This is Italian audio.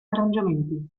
arrangiamenti